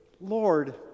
Lord